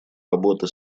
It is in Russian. работы